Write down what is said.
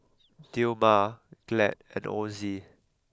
Dilmah Glad and Ozi